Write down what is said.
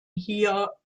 hier